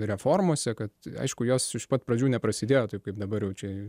reformose kad aišku jos iš pat pradžių neprasidėjo taip kaip dabar jau čia